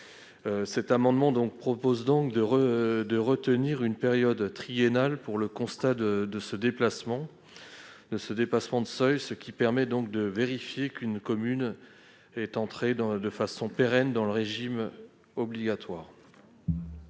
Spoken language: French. cet amendement vise à retenir une période triennale pour le constat du dépassement de seuil, ce qui permet de vérifier qu'une commune est entrée de façon pérenne dans le régime obligatoire.